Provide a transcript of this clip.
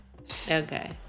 Okay